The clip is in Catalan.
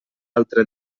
altre